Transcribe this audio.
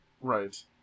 Right